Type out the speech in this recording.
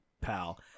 pal